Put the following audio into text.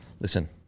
Listen